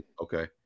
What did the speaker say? Okay